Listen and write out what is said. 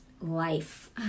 life